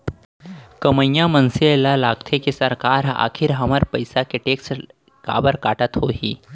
कमइया मनसे ल लागथे के सरकार ह आखिर हमर पइसा के टेक्स काबर काटत होही